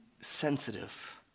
sensitive